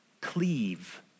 Cleave